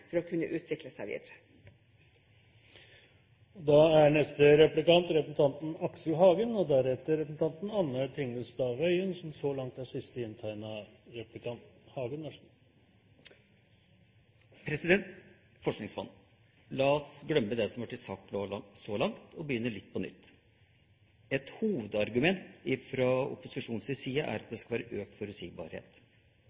for å kunne utvikle seg videre. Når det gjelder forskningsfond, la oss glemme det som har blitt sagt så langt, og begynne litt på nytt. Et hovedargument fra opposisjonens side er at